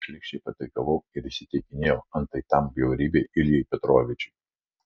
kaip šlykščiai pataikavau ir įsiteikinėjau antai tam bjaurybei iljai petrovičiui